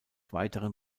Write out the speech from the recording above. weiteren